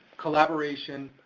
collaboration,